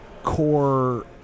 core